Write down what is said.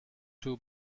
too